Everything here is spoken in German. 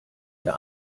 der